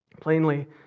Plainly